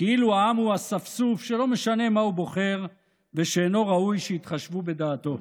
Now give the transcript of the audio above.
כאילו העם הוא אספסוף שלא משנה מה הוא בוחר ושאינו ראוי שיתחשבו בדעתו.